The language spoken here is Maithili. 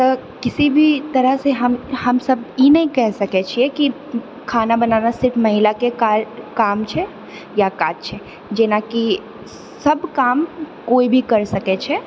तऽ किसी भी तरहसँ हम हम सभ ई नहि कहि सकैत छिऐ कि खाना बनाना सिर्फ महिलाके काज काम छै या काज छै जेनाकि सब काम कोइ भी करि सकैत छै